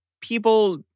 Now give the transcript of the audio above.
people